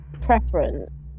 preference